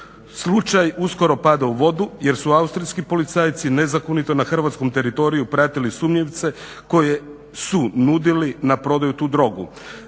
Slučaj uskoro pada u vodu, jer su austrijski policajci nezakonito na hrvatskom teritoriju pratili sumnjivce koji su nudili na prodaju tu drogu.